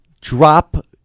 Drop